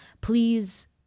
please